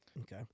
Okay